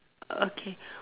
okay